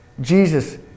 Jesus